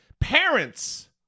parents